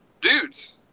Dudes